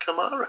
Kamara